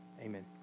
amen